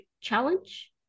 challenge